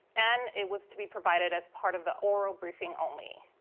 and it was to be provided as part of the oral briefing only.